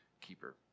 keeper